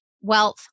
wealth